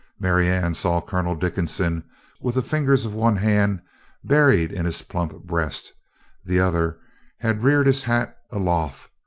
marianne saw colonel dickinson with the fingers of one hand buried in his plump breast the other had reared his hat aloft,